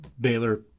Baylor